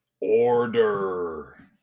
order